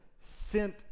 sent